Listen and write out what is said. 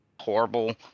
horrible